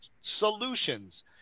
solutions